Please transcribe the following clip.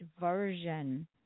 version